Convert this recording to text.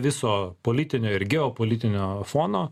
viso politinio ir geopolitinio fono